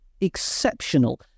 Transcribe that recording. exceptional